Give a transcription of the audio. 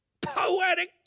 poetic